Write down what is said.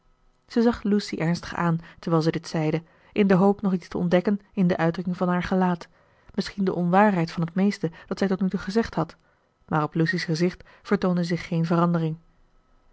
zij zag lucy ernstig aan terwijl zij dit zeide in de hoop nog iets te ontdekken in de uitdrukking van haar gelaat misschien de onwaarheid van het meeste dat zij tot nu toe gezegd had maar op lucy's gezicht vertoonde zich geen verandering